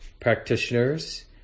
practitioners